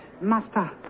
master